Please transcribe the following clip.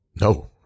No